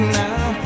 now